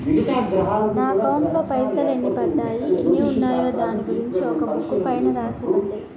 నా అకౌంట్ లో పైసలు ఎన్ని పడ్డాయి ఎన్ని ఉన్నాయో దాని గురించి ఒక బుక్కు పైన రాసి ఇవ్వండి?